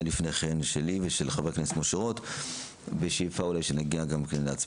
שלי ושל חבר הכנסת משה רוט בשאיפה שנגיע להצבעה.